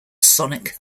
sonic